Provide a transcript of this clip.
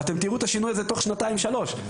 ואתם תראו את השינוי הזה תוך שנתיים שלוש.